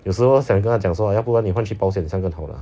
有时候想跟他讲说要不然你换去保险箱跟好了